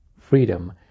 Freedom